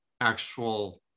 actual